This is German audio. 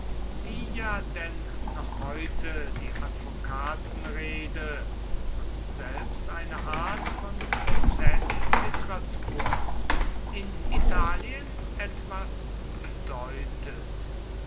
wie ja denn noch heute die advokatenrede und selbst eine art von prozeßliteratur in italien etwas bedeutet